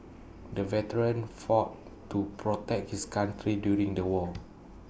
the veteran fought to protect his country during the war